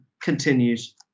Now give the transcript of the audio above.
continues